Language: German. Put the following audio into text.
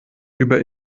über